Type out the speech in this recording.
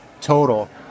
Total